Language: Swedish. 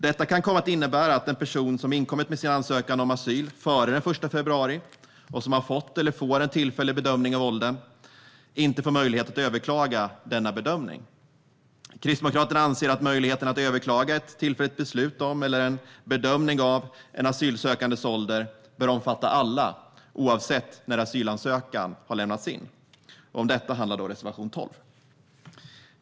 Detta kan komma att innebära att en person som har inkommit med sin ansökan om asyl före den 1 februari och som har fått eller får en tillfällig bedömning av åldern inte får möjlighet att överklaga denna bedömning. Kristdemokraterna anser att möjligheten att överklaga ett tillfälligt beslut om, eller en bedömning av, en asylsökandes ålder bör omfatta alla, oavsett när asylansökan har lämnats in. Om detta handlar reservation 12.